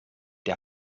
der